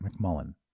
McMullen